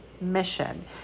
mission